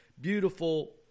beautiful